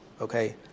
Okay